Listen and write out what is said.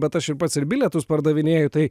bet aš ir pats ir bilietus pardavinėju tai